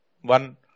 one